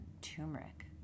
turmeric